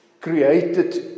created